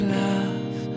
love